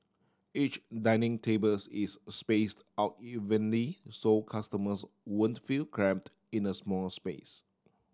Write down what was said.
each dining tables is spaced out evenly so customers won't feel cramped in a small space